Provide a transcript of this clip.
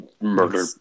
murder